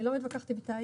אני לא מתווכחת עם איתי,